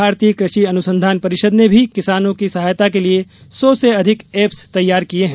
भारतीय कृषि अनुसंधान परिषद ने भी किसानों की सहायता के लिए सौ से अधिक एप्स तैयार किये हैं